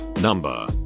Number